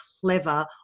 clever